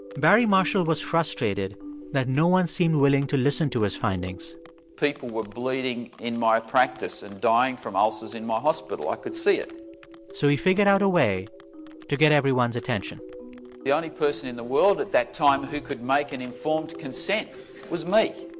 barry marshall was frustrated that no one seemed willing to listen to his findings people were bleeding in my practice and dying from ulcers in my hospital. i could see it so he figured out a way to get everyone's attention the only person in the world at that time who could make an informed consent was me.